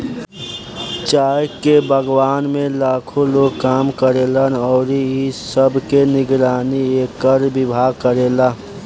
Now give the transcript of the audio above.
चाय के बगान में लाखो लोग काम करेलन अउरी इ सब के निगरानी एकर विभाग करेला